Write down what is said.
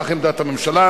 כך עמדת הממשלה,